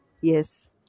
Yes